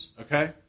Okay